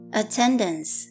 attendance